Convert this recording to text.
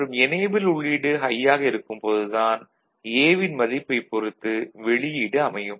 மற்றும் எனேபிள் உள்ளீடு ஹை ஆக இருக்கும் போது தான் A வின் மதிப்பைப் பொறுத்து வெளியீடு அமையும்